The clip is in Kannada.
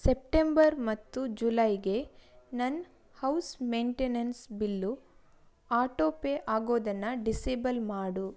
ಸೆಪ್ಟೆಂಬರ್ ಮತ್ತು ಜುಲೈಗೆ ನನ್ನ ಹೌಸ್ ಮೈಂಟೆನೆನ್ಸ್ ಬಿಲ್ಲು ಆಟೋಪೇ ಆಗೋದನ್ನು ಡಿಸೇಬಲ್ ಮಾಡು